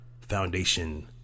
Foundation